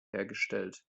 hergestellt